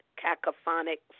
cacophonic